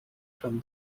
from